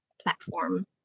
platform